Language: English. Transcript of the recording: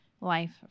life